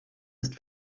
ist